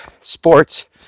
sports